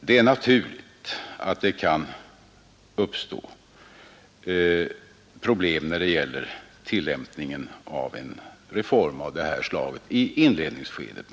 Det är naturligt att problem kan uppstå när det gäller tillämpningen av en retorm av det här slaget i inledningsskedet.